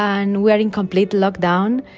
and we are in complete lockdown.